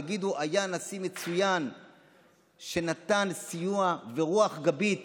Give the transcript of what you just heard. תגידו: היה נשיא מצוין שנתן סיוע ורוח גבית